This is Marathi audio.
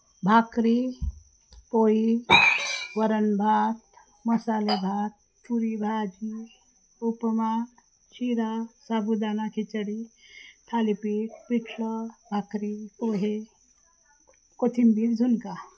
भाकरी पोळी वरण भात मसाले भात पुरी भाजी उपमा शिरा साबुदाना खिचडी थालीपीठ पिठलं भाकरी पोहे कोथिंबीर झुणका